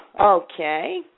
Okay